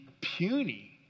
puny